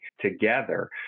together